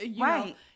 right